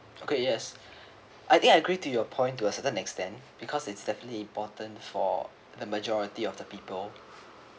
okay yes I think I agree to your point to a certain extent because it's definitely important for the majority of the people